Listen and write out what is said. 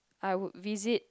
I would visit